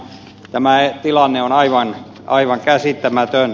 tämä tilanne on aivan käsittämätön